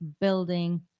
building